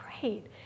great